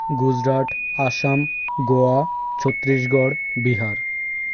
Gujarat Assam Goa Chhattisgarh Bihar